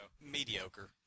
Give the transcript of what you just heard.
Mediocre